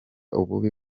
ububi